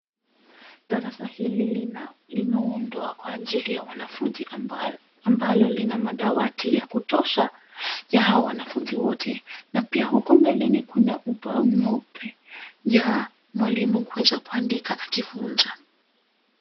Darasa hili limeundwa kwa ajili ya wanafunzi ambalo lina madawati ya kutosha ya hawa wanafunzi wote. Na pia huko mbeleni kuna ubao mweupe ya mwalimu kuweza kuandika akifunza.